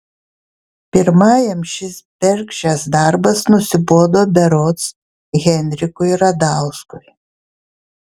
pirmajam šis bergždžias darbas nusibodo berods henrikui radauskui